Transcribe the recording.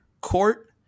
court